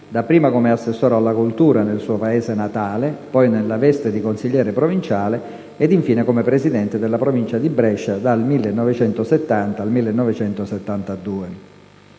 dapprima come assessore alla cultura nel suo paese natale, poi nella veste di consigliere provinciale ed infine come presidente della Provincia di Brescia dal 1970 al 1972.